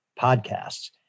podcasts